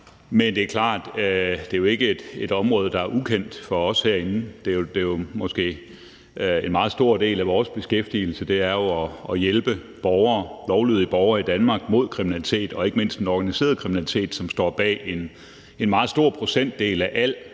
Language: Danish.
at det jo ikke er et område, der er ukendt for os herinde. En meget stor del af vores beskæftigelse er jo at hjælpe lovlydige borgere i Danmark mod kriminalitet og ikke mindst den organiserede kriminalitet, som står bag en meget stor procentdel af al kriminalitet,